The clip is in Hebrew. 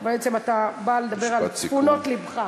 ובעצם אתה בא לדבר על צפונות לבך.